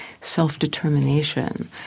self-determination